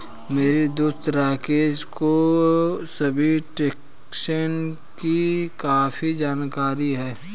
मेरे दोस्त राकेश को सभी टैक्सेस की काफी जानकारी है